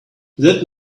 that